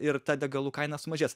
ir ta degalų kaina sumažės